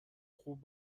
خوب